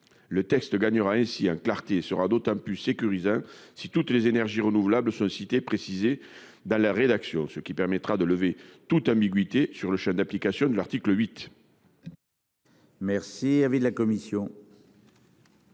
Le texte gagnera ainsi un quartier sera d'autant plus sécurisant. Si toutes les énergies renouvelables sont cités précisé dans la rédaction, ce qui permettra de lever toute ambiguïté sur le chef de l'application de l'article 8.